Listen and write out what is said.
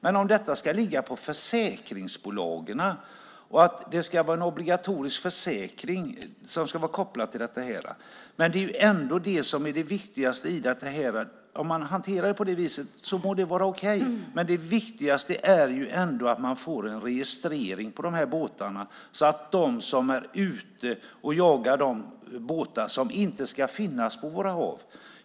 Men om detta ska ligga på försäkringsbolagen och en obligatorisk försäkring ska vara kopplad till det här är ändå det viktigaste i det här något annat. Att hantera det på det viset må vara okej, men det viktigaste är ju ändå att man får de här båtarna registrerade för deras skull som är ute och jagar de båtar som inte ska finnas på våra hav.